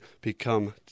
become